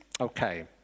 Okay